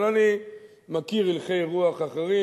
אבל אני מכיר הלכי רוח אחרים,